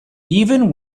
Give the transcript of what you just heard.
even